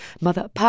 Mother